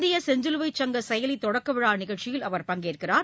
இந்திய செஞ்சிலுவைச் சங்க செயலி தொடக்க விழா நிகழ்ச்சியில் அவர் பங்கேற்கிறார்